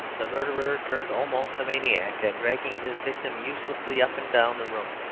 the murderer turned almost a maniac and dragging his victim uselessly up and down the room,